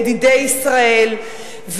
ידידי ישראל,